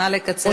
נא לקצר.